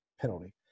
penalty